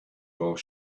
while